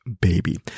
Baby